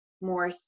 more